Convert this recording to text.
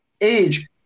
age